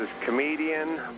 comedian